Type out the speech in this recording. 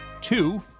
two